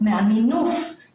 פנים מפעליות למקצועות בפריון